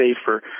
safer